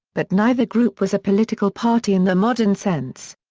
but neither group was a political party in the modern sense.